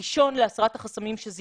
הדבר הראשון הוא באשר להסרת החסמים שזיהינו,